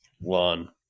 One